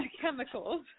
chemicals